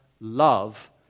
love